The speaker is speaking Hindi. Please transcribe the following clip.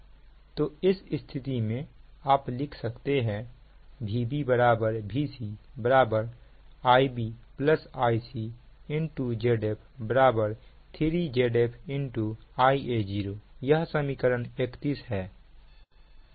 तो इस स्थिति में आप लिख सकते हैं Vb Vc Ib Ic Zf 3Zf Ia0 यह समीकरण 31 है